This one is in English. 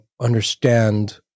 understand